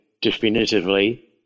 definitively